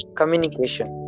communication